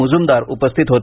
मुजुमदार उपस्थित होते